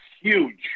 huge